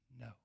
No